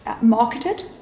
marketed